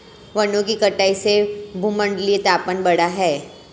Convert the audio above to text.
वनों की कटाई से भूमंडलीय तापन बढ़ा है